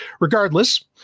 regardless